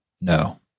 No